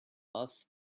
off